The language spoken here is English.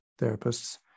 therapists